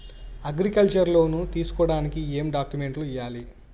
Agriculture loan తీసుకోడానికి ఏం డాక్యుమెంట్లు ఇయ్యాలి?